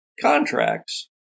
contracts